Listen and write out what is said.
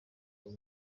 uyu